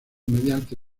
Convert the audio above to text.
mediante